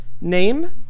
Name